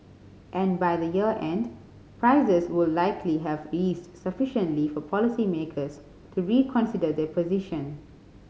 and by the year end prices would likely have eased sufficiently for policymakers to reconsider their position